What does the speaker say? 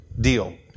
Deal